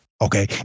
Okay